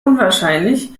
unwahrscheinlich